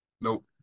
Nope